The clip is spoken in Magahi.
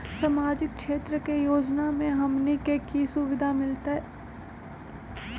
सामाजिक क्षेत्र के योजना से हमनी के की सुविधा मिलतै?